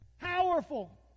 powerful